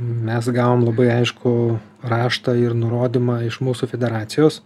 mes gavom labai aiškų raštą ir nurodymą iš mūsų federacijos